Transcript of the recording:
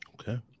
Okay